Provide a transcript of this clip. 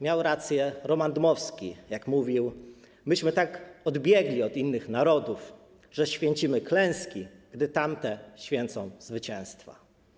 Miał rację Roman Dmowski, kiedy mówił: Myśmy tak odbiegli od innych narodów, że święcimy klęski, gdy tamte święcą zwycięstwa.